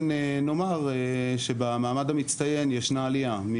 נאמר שבמעמד מצטיין ישנה עלייה.